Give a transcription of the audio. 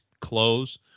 close